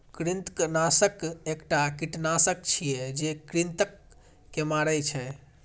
कृंतकनाशक एकटा कीटनाशक छियै, जे कृंतक के मारै छै